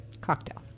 Cocktail